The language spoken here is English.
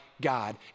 God